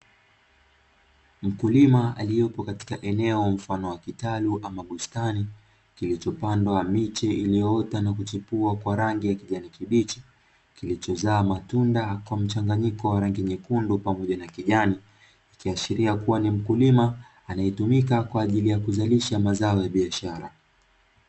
Mkulima aliyeko katika eneo mfano wa kitalu ama bustani, kilichopandwa miche iliyoota na kuchipua kwa rangi ya kijani kibichi, kilichozaa matunda kwa mchanganyiko wa rangi nyekundu pamoja na kijani, ikiashiria kuwa ni mkulima, anayetumika kwa ajili ya kuzalisha mazao ya biashara.